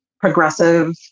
progressive